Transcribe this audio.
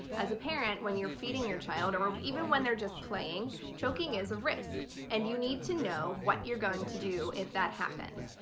as a parent when you're feeding your child or even when they're just playing choking is a risk and you need to know what you're going to do if that happens.